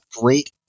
great